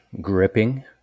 gripping